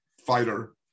fighter